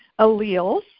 alleles